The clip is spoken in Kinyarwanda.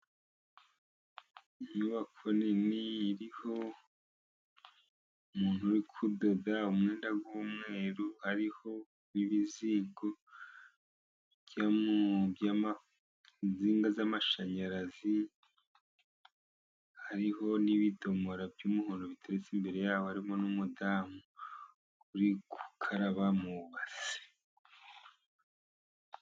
Inyubako nini iriho umuntu uri kudoda umwenda w'umweru, hariho ibizingo by' intsinga z'amashanyarazi, hariho n'ibidomora by'umuhondo biteza imbere yabo, harimo n'umudamu uri gukaraba mu ibase.